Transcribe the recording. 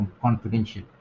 confidential